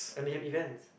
and they have events